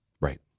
Right